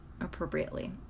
appropriately